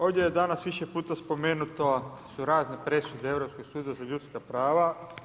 Ovdje je danas više puta spomenuto, su razne presude Europskog suda za ljudska prava.